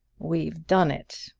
we've done it!